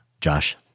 Josh